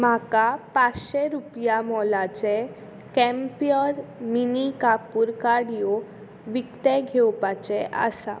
म्हाका पांचशे रुपया मोलाचें केंम्प्योर मिनी कापूर काडयो विकतें घेवपाचें आसा